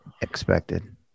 expected